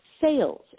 sales